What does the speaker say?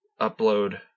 upload